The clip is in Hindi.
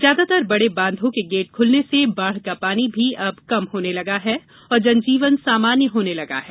ज्यादातर बड़े बांधों के गेट खुलने से बाढ़ का पानी भी अब कम होने लगा है और जनजीवन सामान्य होने लगा है